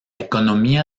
economía